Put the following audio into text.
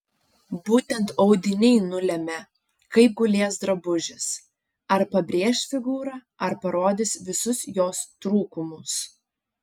būtent audiniai nulemia kaip gulės drabužis ar pabrėš figūrą ar parodys visus jos trūkumus